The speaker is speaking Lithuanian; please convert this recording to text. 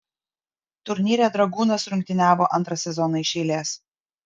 turnyre dragūnas rungtyniavo antrą sezoną iš eilės